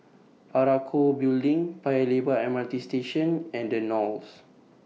Parakou Building Paya Lebar M R T Station and The Knolls